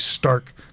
stark